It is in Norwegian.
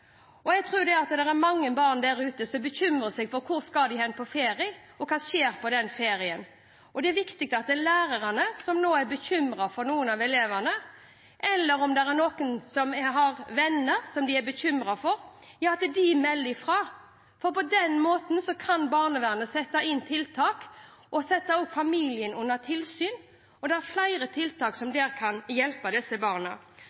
og jeg tror det er mange barn der ute som bekymrer seg for hvor de skal på ferie, og hva som skjer i ferien. Det er viktig at lærere som nå er bekymret for noen av elevene, eller om det er noen som har venner som de er bekymret for, melder fra. På den måten kan barnevernet sette inn tiltak og sette familien under tilsyn. Det er flere tiltak som kan hjelpe disse barna.